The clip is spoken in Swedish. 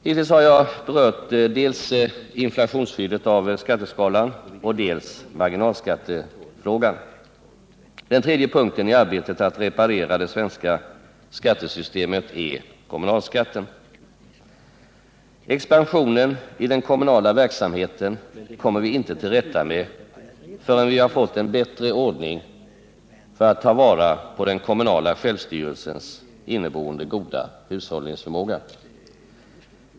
Hittills har jag berört dels inflationsskyddet av skatteskalan, dels marginalskattefrågan. Den tredje punkten i arbetet att reparera det svenska skattesystemet är kommunalskatten. Expansionen i den kommunala verksamheten kommer vi inte till rätta med förrän vi har fått en bättre ordning för att ta vara på den kommunala självstyrelsens inneboende goda hushållningsförmåga.